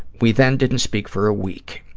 we then didn't speak for a week.